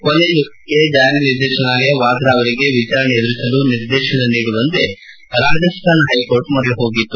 ಕೊನೆಗೆ ಜಾರಿ ನಿರ್ದೇಶನಾಲಯ ವಾದ್ರಾ ಅವರಿಗೆ ವಿಚಾರಣೆ ಎದುರಿಸಲು ನಿರ್ದೇಶನ ನೀಡುವಂತೆ ರಾಜಸ್ವಾನ ಪೈಕೋರ್ಟ್ ಮೊರೆ ಹೋಗಿತ್ತು